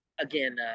Again